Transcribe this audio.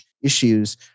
issues